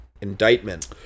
Indictment